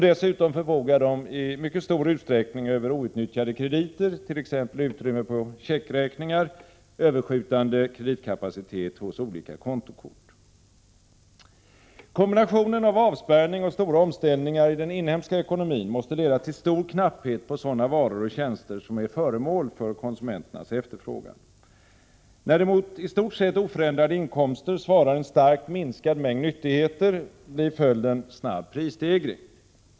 Dessutom förfogar de i mycket stor utsträckning över outnyttjade krediter, t.ex. utrymme på checkräkningar och överskjutande kreditkapacitet hos olika kontokort. Kombinationen av avspärrning och stora omställningar i den inhemska ekonomin måste leda till stor knapphet på sådana varor och tjänster som är föremål för konsumenternas efterfrågan. När mot i stort sett oförändrade inkomster svarar en starkt minskad mängd nyttigheter, blir följden snabb prisstegring.